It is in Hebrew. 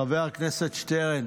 חבר הכנסת שטרן.